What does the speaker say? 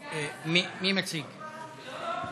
ילדים) (תיקון מס' 17),